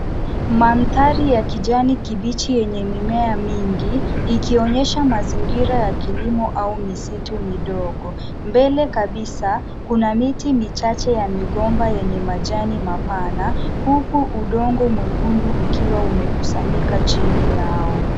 Mandhari ya kijani kibichi yenye mimea mingi, ikionyesha mazingira ya kilimo au misitu midogo. Mbele kabisa, kuna miti michache ya migomba yenye majani mapana; huku udongo mwekundu ukiwa umekusanyika chini yao.